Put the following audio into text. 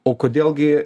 o kodėl gi